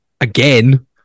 again